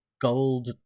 gold